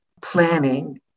planning